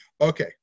Okay